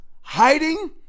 Hiding